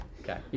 Okay